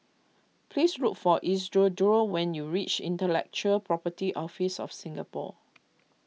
please look for Isidro when you reach Intellectual Property Office of Singapore